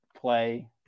play